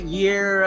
year